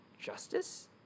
Justice